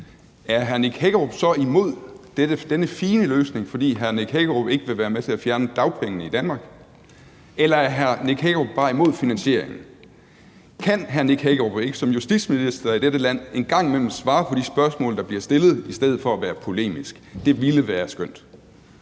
er justitsministeren så imod denne fine løsning, fordi justitsministeren ikke vil være med til at fjerne dagpengene i Danmark, eller er justitsministeren bare imod finansieringen? Kan ministeren ikke som justitsminister i dette land en gang imellem svare på de spørgsmål, der bliver stillet, i stedet for at være polemisk? Det ville være skønt.